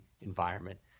environment